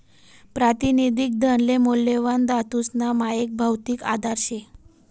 प्रातिनिधिक धनले मौल्यवान धातूसना मायक भौतिक आधार शे